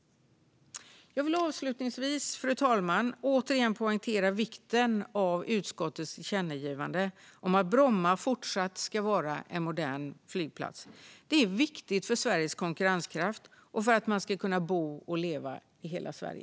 Jag vill avslutningsvis, fru talman, återigen poängtera vikten av utskottets förslag till tillkännagivande om att Bromma fortsatt ska vara en modern flygplats. Det är viktigt för Sveriges konkurrenskraft och för att man ska kunna bo och leva i hela Sverige.